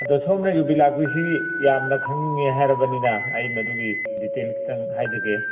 ꯑꯗꯨ ꯁꯣꯝꯅ ꯌꯨꯕꯤ ꯂꯥꯛꯄꯤꯁꯤ ꯌꯥꯝꯅ ꯈꯪꯅꯤꯡꯏ ꯍꯥꯏꯔꯕꯅꯤꯅ ꯑꯩ ꯃꯗꯨꯒꯤ ꯗꯤꯇꯦꯟ ꯈꯤꯇꯪꯍꯥꯏꯖꯒꯦ